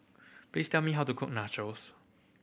please tell me how to cook Nachos